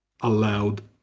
allowed